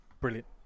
Brilliant